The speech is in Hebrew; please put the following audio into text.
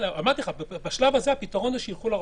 אמרתי לך, בשלב הזה הפתרון הוא שילכו לרשם.